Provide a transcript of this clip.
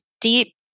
deep